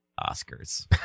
Oscars